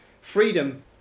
Freedom